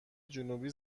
جنوبی